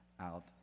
out